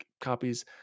copies